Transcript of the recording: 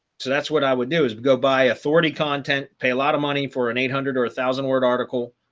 so that's what i would do is go buy authority content, pay a lot of money for an eight hundred or one thousand word article.